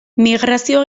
migrazio